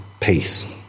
peace